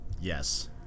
Yes